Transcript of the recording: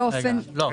באופן --- לא,